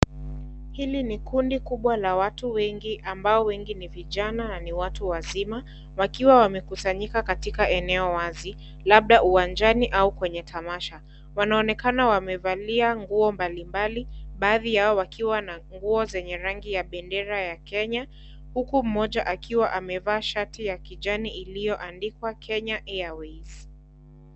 Hili ni kundi kubwa la watu wengi ambao wengi ni vijana na ni watu wazima, wakiwa wamekusanyika katika eneo wazi labda uwanjani au kwenye tamasha. Wanaonekana wamevalia nguo mbali mbali, baadhi yao wakiwa na nguo zenye rangi ya bendera ya kenya, huku mmoja akiwa amevaa shati ya kijani iliyoandikwa Kenya Airways.